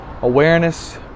awareness